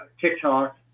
TikTok